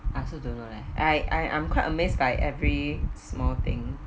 I also don't know leh I I I'm quite amazed by every small thing